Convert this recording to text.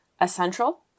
essential